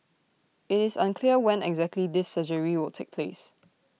IT is unclear when exactly this surgery will take place